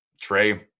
Trey